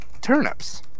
turnips